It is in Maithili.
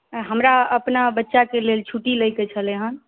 हमरा अपना बच्चाके लेल छुट्टी लैके छलै हन